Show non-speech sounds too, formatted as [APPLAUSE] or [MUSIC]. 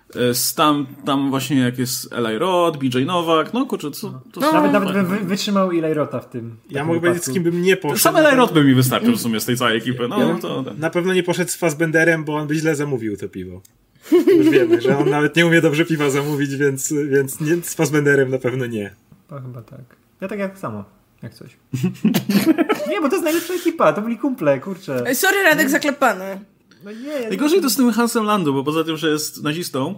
Stam- tam właśnie jak jest Eli Roth, BJ Novak, no kurczę, co- No. to są- Nawet- nawet bym wy- wytrzymał Eli Rotha w tym- w Ja takim mógłbym powiedzieć, z wypadku. kim bym nie Sam poszedł, na Eli pewno- Roth by mi wystarczył w sumie z tej całej ekipy, no, Ja bym- to- to- Na pewno nie poszedł z Fassbenderem, bo on by źle zamówił to piwo. [LAUGHS] Już wiemy, że on [LAUGHS] nawet nie umie dobrze piwa zamówić, więc- więc nie- z Fassbenderem na pewno nie. To chyba tak. Ja tak jak samo, jak coś. [LAUGHS] [LAUGHS] Nie, bo to jest najlepsza ekipa, to byli kumple, kurczę. Ej, sorry, Radek Nie- zaklepany. No nie, ja nie- Najgorzej to z tym Hansem Landu, bo poza tym, że jest nazistą,